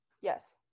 Yes